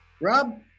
Rob